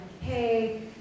hey